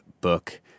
book